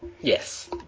Yes